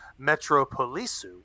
Metropolisu